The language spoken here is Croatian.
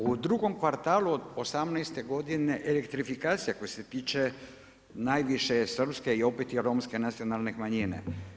U drugom kvartalu od 18. godine elektrifikacija koja se tiče najviše srpskih i opet romskih nacionalnih manjina.